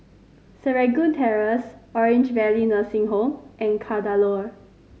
Serangoon Terrace Orange Valley Nursing Home and Kadaloor